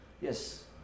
Yes